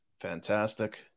fantastic